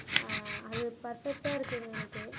அது அது பர்ஃபெக்டா இருக்குதுங்க எனக்கு